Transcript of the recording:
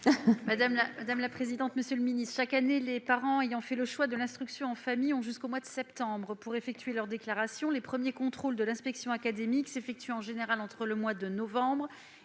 Mme Véronique Guillotin. Chaque année, les parents ayant fait le choix de l'instruction en famille ont jusqu'au mois de septembre pour effectuer leur déclaration, les premiers contrôles de l'inspection académique étant effectués en général entre les mois de novembre